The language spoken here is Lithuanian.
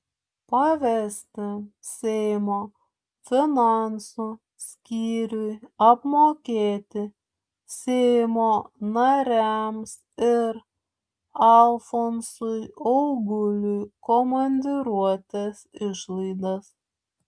pavesti seimo finansų skyriui apmokėti seimo nariams ir alfonsui auguliui komandiruotės išlaidas